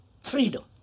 freedom